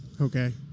Okay